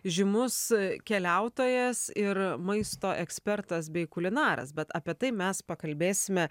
žymus keliautojas ir maisto ekspertas bei kulinaras bet apie tai mes pakalbėsime